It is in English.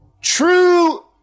True